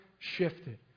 shifted